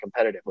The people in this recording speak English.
competitively